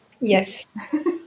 Yes